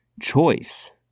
choice